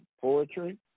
poetry